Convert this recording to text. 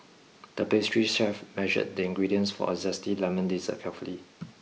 the pastry chef measured the ingredients for a zesty lemon dessert carefully